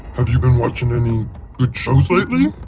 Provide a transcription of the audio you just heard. have you been watching any good shows lately?